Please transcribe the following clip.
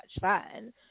fun